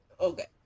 Okay